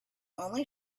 only